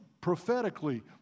prophetically